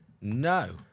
No